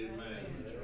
Amen